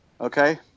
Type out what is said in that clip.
Okay